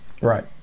right